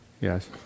Yes